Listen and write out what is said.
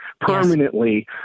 permanently